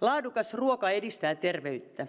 laadukas ruoka edistää terveyttä